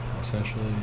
essentially